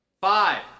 five